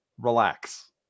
relax